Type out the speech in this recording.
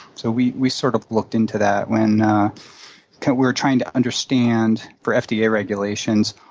so we we sort of looked into that when we were trying to understand for fda yeah regulations,